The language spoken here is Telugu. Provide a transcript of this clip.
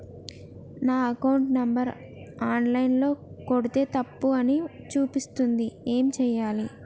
నా అకౌంట్ నంబర్ ఆన్ లైన్ ల కొడ్తే తప్పు అని చూపిస్తాంది ఏం చేయాలి?